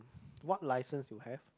what license you have